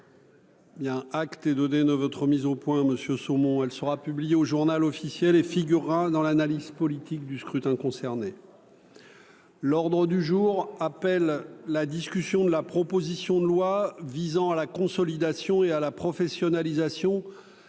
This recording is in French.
a acte et donnez-nous votre mise au point Monsieur saumon, elle sera publiée au Journal officiel et figurera dans l'analyse politique du scrutin. L'ordre du jour appelle la discussion de la proposition de loi visant à la consolidation et à la professionnalisation